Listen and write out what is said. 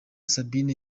sabine